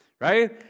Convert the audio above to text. right